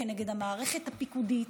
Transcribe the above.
כנגד המערכת הפיקודית,